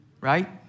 Right